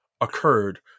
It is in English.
occurred